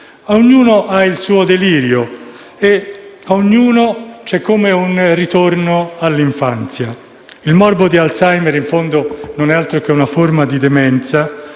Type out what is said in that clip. Ognuno ha il suo delirio e per ognuno c'è una sorta di ritorno all'infanzia. Il morbo di Alzheimer, in fondo, non è altro che una forma di demenza,